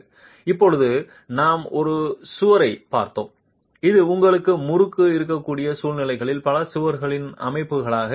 இப்போது நாம் ஒரு சுவரைப் பார்த்தோம் இது உங்களுக்கு முறுக்கு இருக்கக்கூடிய சூழ்நிலைகளில் பல சுவர்களின் அமைப்புகளாக இருக்கலாம்